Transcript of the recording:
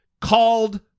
called